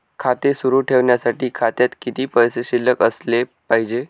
खाते सुरु ठेवण्यासाठी खात्यात किती पैसे शिल्लक असले पाहिजे?